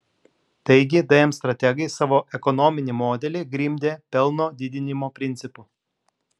taigi dm strategai savo ekonominį modelį grindė pelno didinimo principu